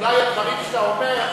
אולי הדברים שאתה אומר,